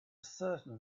certain